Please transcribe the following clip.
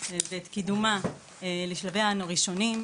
ואת קידומה לשלביה הראשוניים.